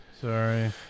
Sorry